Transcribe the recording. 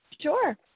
sure